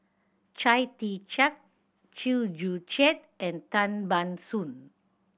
Chia Tee Chiak Chew Joo Chiat and Tan Ban Soon